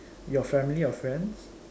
your family your friends